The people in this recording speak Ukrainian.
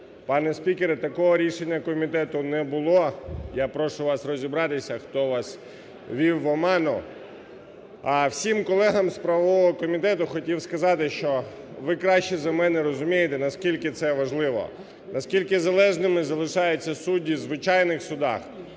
Пане спікере, такого рішення комітету не було. Я прошу вас розібратися, хто вас ввів в оману. А всім колегам з правового комітету хотів сказати, що ви краще за мене розумієте, наскільки це важливо, наскільки залежними залишаються судді в звичайних судах